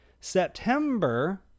september